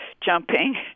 jumping